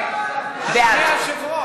בעד